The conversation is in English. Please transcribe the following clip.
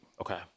Okay